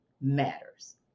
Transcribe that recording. matters